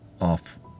off